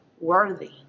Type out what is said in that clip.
worthy